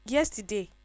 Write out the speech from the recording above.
Yesterday